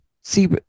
see